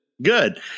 Good